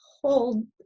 hold